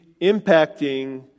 impacting